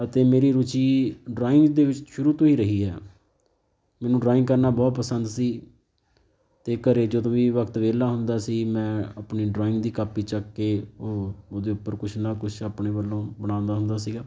ਅਤੇ ਮੇਰੀ ਰੁਚੀ ਡਰਾਇੰਗ ਦੇ ਵਿੱਚ ਸ਼ੁਰੂ ਤੋਂ ਹੀ ਰਹੀ ਹੈ ਮੈਨੂੰ ਡਰਾਇੰਗ ਕਰਨਾ ਬਹੁਤ ਪਸੰਦ ਸੀ ਅਤੇ ਘਰ ਜਦੋਂ ਵੀ ਵਕਤ ਵਿਹਲਾ ਹੁੰਦਾ ਸੀ ਮੈਂ ਆਪਣੀ ਡਰਾਇੰਗ ਦੀ ਕਾਪੀ ਚੱਕ ਕੇ ਉਹ ਉਹਦੇ ਉੱਪਰ ਕੁਛ ਨਾ ਕੁਛ ਆਪਣੇ ਵੱਲੋਂ ਬਣਾਉਂਦਾ ਹੁੰਦਾ ਸੀਗਾ